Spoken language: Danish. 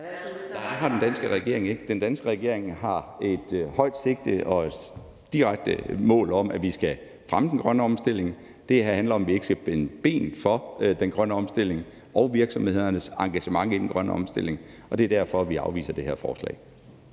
Den danske regering har et højt sigte og et direkte mål om, at vi skal fremme den grønne omstilling. Det her handler om, at vi ikke skal spænde ben for den grønne omstilling og virksomhedernes engagement i den grønne omstilling. Og det er derfor, vi afviser det her forslag.